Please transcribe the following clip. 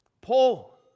Paul